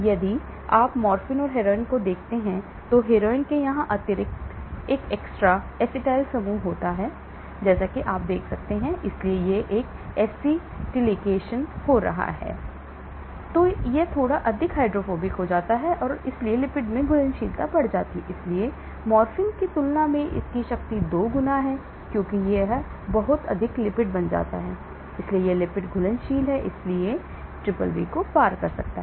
यदि आप मॉर्फिन और हेरोइन को देखते हैं तो हेरोइन को यहां अतिरिक्त एसिटाइल समूह मिला है जैसा कि आप देख सकते हैं इसलिए एक एसिटिलिकेशन हो रहा है तो यह थोड़ा अधिक हाइड्रोफोबिक हो जाता है इसलिए लिपिड घुलनशीलता बढ़ जाती है इसलिए मॉर्फिन की तुलना में इसकी शक्ति 2 गुना है क्योंकि यह अधिक लिपिड बन जाता है इसलिए यह लिपिड घुलनशील है इसलिए यह BBB को पार कर सकता है